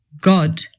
God